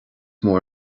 mór